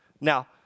Now